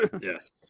Yes